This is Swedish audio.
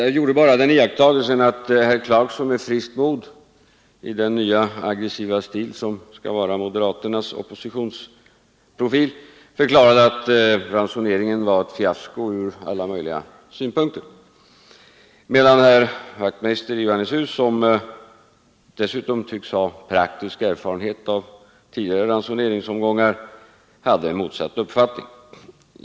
Jag gjorde iakttagelsen att herr Clarkson med friskt mod i den nya aggressiva stil som skall vara moderaternas oppositionsprofil förklarade att ransoneringen var ett fiasko ur alla synpunkter, medan herr Wachtmeister i Johannishus, som dessutom tycks ha praktik erfarenhet av tidigare ransoneringsomgångar, hade motsatt uppfattning.